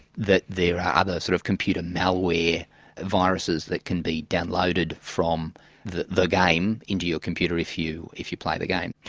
that there are are other sort of computer malware viruses that can be downloaded from the the game into your computer if you if you play the game.